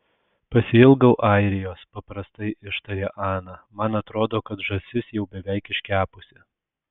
pasiilgau airijos paprastai ištarė ana man atrodo kad žąsis jau beveik iškepusi